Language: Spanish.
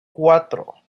cuatro